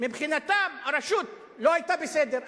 מבחינתם הרשות לא היתה בסדר,